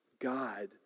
God